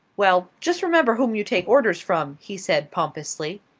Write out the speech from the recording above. well, just remember whom you take orders from, he said, pompously.